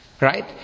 Right